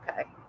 okay